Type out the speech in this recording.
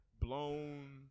blown